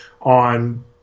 on